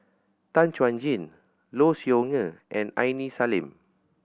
Tan Chuan Jin Low Siew Nghee and Aini Salim